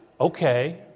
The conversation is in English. okay